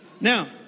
Now